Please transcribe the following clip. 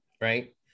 right